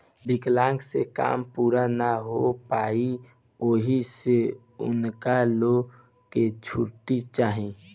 विकलांक से काम पूरा ना हो पाई ओहि से उनका लो के छुट्टी चाही